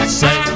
say